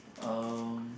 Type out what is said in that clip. um